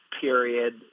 period